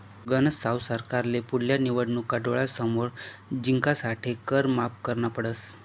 गनज साव सरकारले पुढल्या निवडणूका डोळ्यासमोर जिंकासाठे कर माफ करना पडस